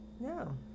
No